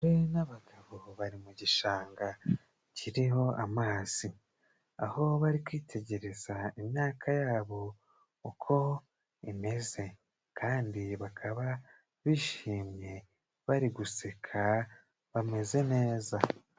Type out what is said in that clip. Abagore n'abagabo bari mu gishanga kiriho amazi, aho bari kwitegereza imyaka yabo uko imeze kandi bakaba bishimye, bari guseka, bameze neza.